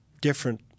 different